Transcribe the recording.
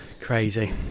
Crazy